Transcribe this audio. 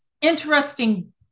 interesting